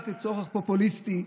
רק לצורך פופוליסטי,